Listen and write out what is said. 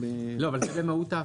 לא, אבל זה במהות ההפרה.